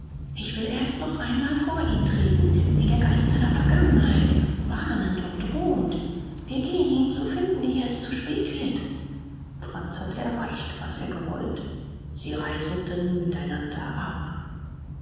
ich will erst noch einmal vor ihn treten wie der geist seiner vergangenheit warnend und drohend wir gehen ihn zu finden ehe es zu spät wird franz hatte erreicht was er gewollt sie reiseten miteinander ab